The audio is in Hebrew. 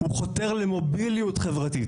הוא חותר למוביליות חברתית,